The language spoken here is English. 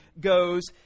goes